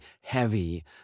heavy